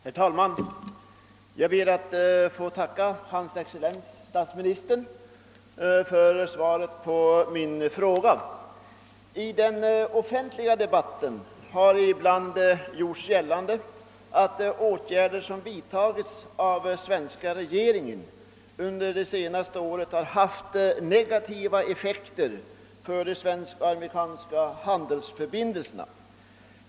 Herr talman! Jag ber att få tacka hans excellens statsministern för svaret på min fråga. I den offentliga debatten har det ibland gjorts gällande att de åtgärder som den svenska regeringen under det senaste året vidtagit har haft negativa effekter på de svensk-amerikanska handelsförbindelserna.